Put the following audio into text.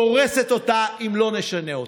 דורסת אותה אם לא נשנה אותה.